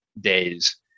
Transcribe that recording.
days